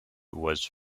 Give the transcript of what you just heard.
was